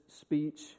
speech